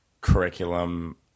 curriculum